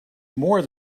more